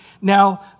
Now